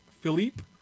Philippe